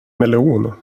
melon